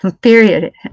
period